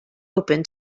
open